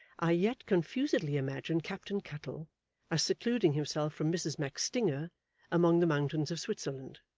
i yet confusedly imagine captain cuttle as secluding himself from mrs macstinger among the mountains of switzerland.